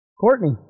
Courtney